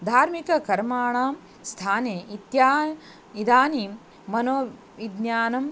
धार्मिककर्मणां स्थाने इत्या इदानीं मनोविज्ञानं